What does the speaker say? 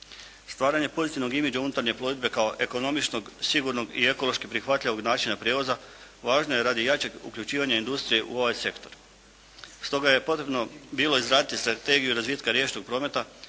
Stvaranje pozitivnog imidža unutarnje plovidbe kao ekonomičnog, sigurnog i ekološki prihvatljivog načina prijevoza važno je radi jačeg uključivanja industrije u ovaj sektor. Stoga je potrebno bilo izraditi Strategiju razvitka riječnog prometa